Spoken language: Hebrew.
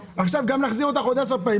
עכשיו גם נחזיר אותך עוד עשר פעמים.